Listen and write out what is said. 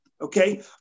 Okay